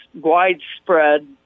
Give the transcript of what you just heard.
widespread